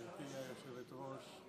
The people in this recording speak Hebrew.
גברתי היושבת-ראש,